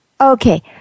Okay